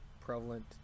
prevalent